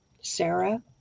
Sarah